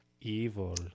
Evil